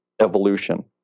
evolution